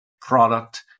product